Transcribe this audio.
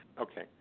okay